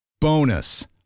Bonus